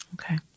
Okay